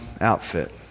outfit